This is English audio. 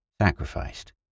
sacrificed